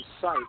site